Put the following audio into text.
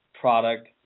product